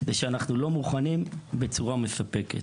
זה שאנחנו לא מוכנים בצורה מספקת.